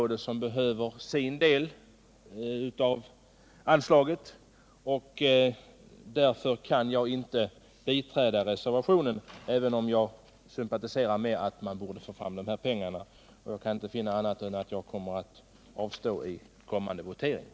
Dessa behöver sin del av anslaget, och därför kan jag inte biträda reservationen. Jag kan inte finna annat än att jag bör avstå i den kommande voteringen.